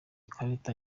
karita